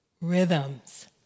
rhythms